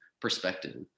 perspective